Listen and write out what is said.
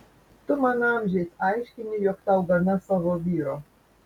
tu man amžiais aiškini jog tau gana savo vyro